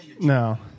No